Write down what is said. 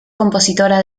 compositora